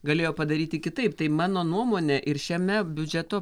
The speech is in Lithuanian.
galėjo padaryti kitaip tai mano nuomone ir šiame biudžeto